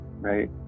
right